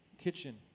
kitchen